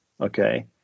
okay